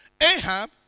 Ahab